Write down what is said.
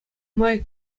май